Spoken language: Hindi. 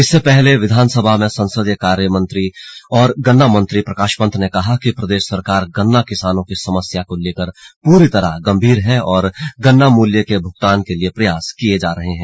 इससे पहले विधानसभा में संसदीय कार्य वित्त एवं गन्ना मंत्री प्रकाश पंत ने कहा कि प्रदेश सरकार गन्ना किसानों की समस्या को लेकर पूरी तरह गंभीर है और गन्ना मूल्य के भुगतान के लिए प्रयास किए जा रहे हैं